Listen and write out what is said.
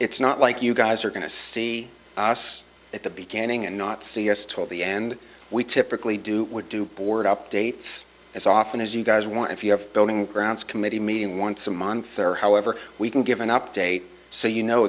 it's not like you guys are going to see us at the beginning and not see us till the end we typically do would do board updates as often as you guys want if you have building grants committee meeting once a month or however we can give an update so you know